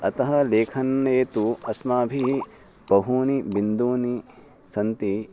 अतः लेखने तु अस्माभिः बहूनि बिन्दूनि सन्ति